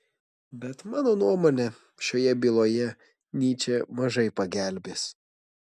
bet mano nuomone šioje byloje nyčė mažai pagelbės